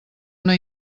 una